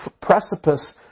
precipice